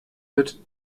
wird